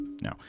No